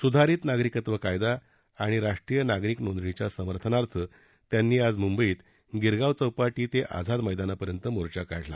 सुधारित नागरिकत्व कायदा आणि राष्ट्रीय नागरिक नोंदणीच्या समर्थनार्थ त्यांनी आज मुंबईत गिरगाव चौपाटी ते आझाद मैदानापर्यंत मोर्चा काढला